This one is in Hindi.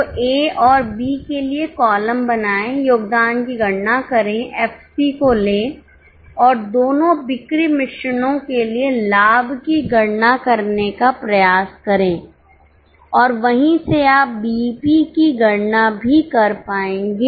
तो ए और बी के लिए कॉलम बनाएं योगदान की गणना करें एफसी को लें और दोनों बिक्री मिश्रणों के लिए लाभ की गणना करने का प्रयास करें और वहीं से आप बीईपी की गणना भी कर पाएंगे